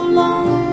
long